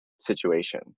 situation